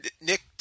Nick